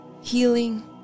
healing